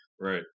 Right